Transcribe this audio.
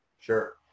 Sure